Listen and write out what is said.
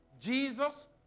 Jesus